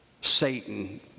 Satan